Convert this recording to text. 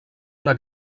una